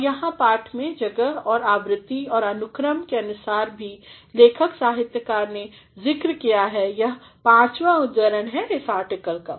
और यहाँ पाठ में जगह औरआवृतिऔर अनुक्रम के अनुसार भी लेखक साहित्यकार ने ज़िक्र किया है कि यह पांचवा उद्धरण है इस आर्टिक्ल का